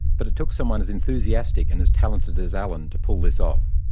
but it took someone as enthusiastic and as talented as alan to pull this off.